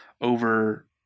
over